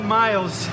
miles